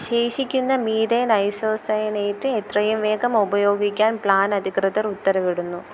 ശേഷിക്കുന്ന methyl isocyanate എത്രയും വേഗം ഉപയോഗിക്കാൻ പ്ലാൻ അധികൃതർ ഉത്തരവിടുന്നു